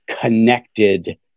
connected